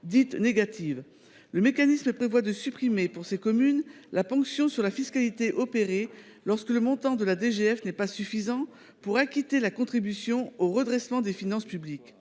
dite négative. Le mécanisme prévoit de supprimer pour ces communes la ponction sur la fiscalité opérée lorsque le montant de la DGF n’est pas suffisant pour acquitter la contribution au redressement des finances publiques